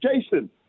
Jason